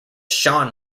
sean